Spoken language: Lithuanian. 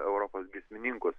europos giesmininkus